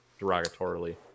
derogatorily